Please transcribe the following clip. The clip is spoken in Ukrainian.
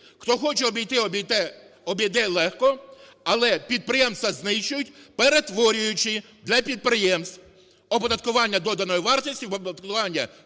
Хто хоче обійти, обійде легко. Але підприємства знищують, перетворюючи для підприємств оподаткування доданої вартості в оподаткування